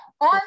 on